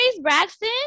Braxton